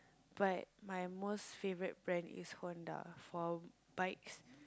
but my most favourite brand is Honda for bikes